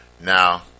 Now